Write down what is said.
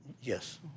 Yes